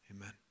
Amen